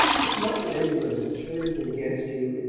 it's not that any one has turned him against you.